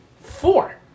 four